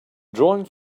drawing